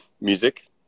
music